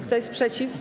Kto jest przeciw?